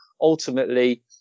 ultimately